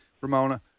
Ramona